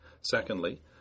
Secondly